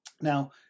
Now